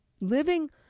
Living